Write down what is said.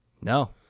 No